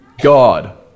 God